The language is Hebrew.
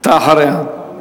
אתה אחריה.